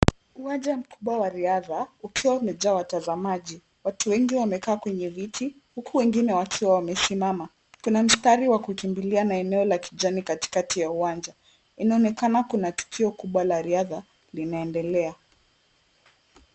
Uwanja mkubwa wa riadha ukiwa umejaa watazamaji, watu wengi wamekaa kwenye viti huku wengine wakiwa wamesimama. Kuna mstari wa kukimbilia na eneo la kijani katikati ya uwanja. Inaonekana kuna tukio kubwa la riadha linaendelea.